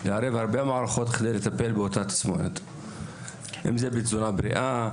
אם זה בתזונה בריאה,